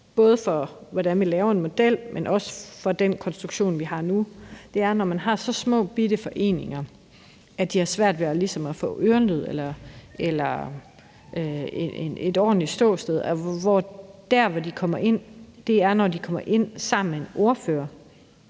til hvordan vi laver en ny model, men også i forhold til den konstruktion, vi har nu, er jo, at når man har så små bitte foreninger, at de har svært ved ligesom at få ørenlyd eller finde et ordentligt ståsted, så er det sådan, at der, hvor de kommer ind, er, når de kommer ind sammen med en ordfører,